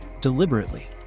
deliberately